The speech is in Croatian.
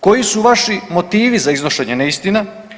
Koji su vaši motivi za iznošenje neistina?